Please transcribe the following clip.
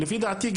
לפי דעתי,